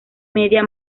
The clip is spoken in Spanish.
media